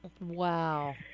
Wow